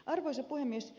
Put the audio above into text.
arvoisa puhemies